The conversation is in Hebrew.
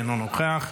אינו נוכח,